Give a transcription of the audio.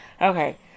Okay